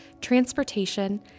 transportation